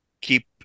Keep